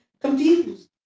confused